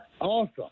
Awesome